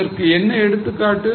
இதற்கு என்ன எடுத்துக்காட்டு